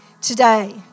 today